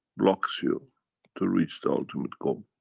blocks you to reach the ultimate goal.